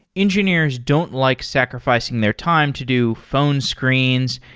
engineers don't like sacrificing their time to do phone screens,